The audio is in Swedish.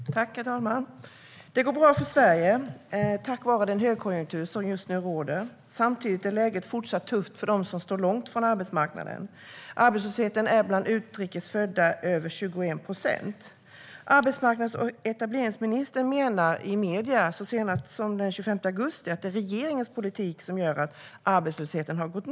Herr talman! Det går bra för Sverige tack vare den högkonjunktur som just nu råder. Samtidigt är läget fortsatt tufft för dem som står långt från arbetsmarknaden. Arbetslösheten bland utrikes födda är över 21 procent. Arbetsmarknads och etableringsministern sa i medierna så sent som den 25 augusti att det är regeringens politik som gör att arbetslösheten har minskat.